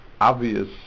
obvious